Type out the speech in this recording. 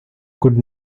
could